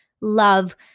love